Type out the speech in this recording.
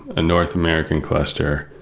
a north american cluster,